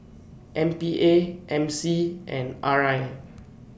M P A M C and R I